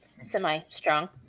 semi-strong